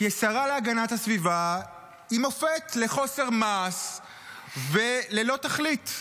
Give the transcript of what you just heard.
כי השרה להגנת הסביבה היא מופת לחוסר מעש וללא תכלית,